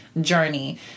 journey